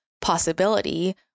possibility